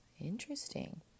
Interesting